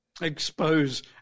Expose